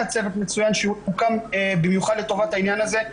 צוות מצוין שהוקם במיוחד לטובת העניין הזה,